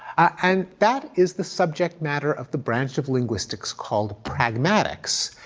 and that is the subject matter of the branch of linguistics called pragmatics,